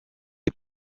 est